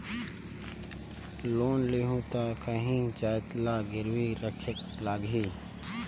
Loan लेहूं ता काहीं जाएत ला गिरवी रखेक लगही?